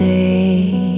day